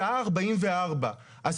1:44 שעות,